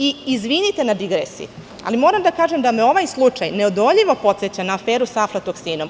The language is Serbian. Izvinite na digresiji, ali moram da kažem da me ovaj slučaj neodoljivo podseća na aferu sa aflatoksinom.